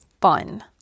fun